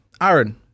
aaron